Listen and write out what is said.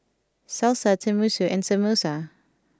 Salsa Tenmusu and Samosa